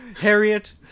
Harriet